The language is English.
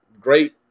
great